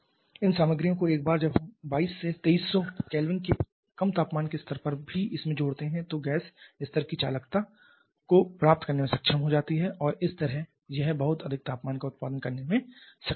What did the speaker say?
इन सामग्रियों को एक बार जब हम 22 से 2300 K के कम तापमान के स्तर पर भी इसमें जोड़ते हैं तो गैस इस स्तर की चालकता को प्राप्त करने में सक्षम हो सकती है और इस तरह यह बहुत अधिक तापमान का उत्पादन करने में सक्षम है